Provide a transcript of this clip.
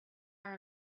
are